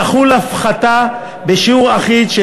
תחול הפחתה בשיעור אחיד של